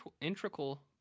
integral